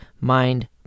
mind